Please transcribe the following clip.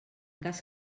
cas